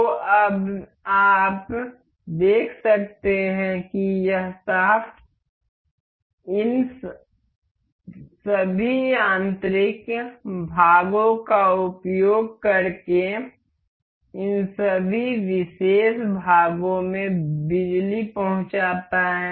तो अब आप देख सकते हैं कि यह शाफ्ट इन सभी यांत्रिक भागों का उपयोग करके इन सभी विशेष भागों में बिजली पहुंचाता है